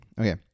Okay